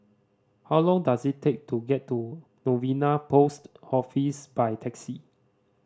how long does it take to get to Novena Post Office by taxi